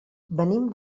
venim